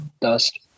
Dust